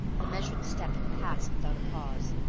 the measured step had passed without a pause.